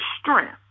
strength